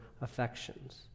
affections